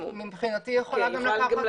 מבחינתי היא יכולה לקחת גם --- מינימום.